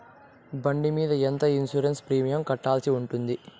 బండి మీద ఎంత ఇన్సూరెన్సు ప్రీమియం కట్టాల్సి ఉంటుంది?